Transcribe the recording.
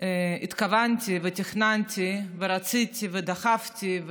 התכוונתי ותכננתי ורציתי ודחפתי,